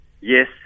yes